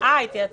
חוק המשכן,